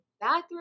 bathroom